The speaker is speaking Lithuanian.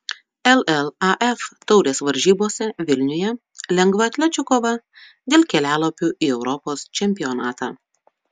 llaf taurės varžybose vilniuje lengvaatlečių kova dėl kelialapių į europos čempionatą